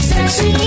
Sexy